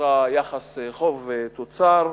שנקרא יחס חוב תוצר,